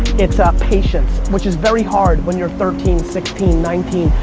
it's ah patience which is very hard when you're thirteen, sixteen, nineteen,